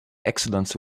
accidents